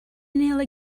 nearly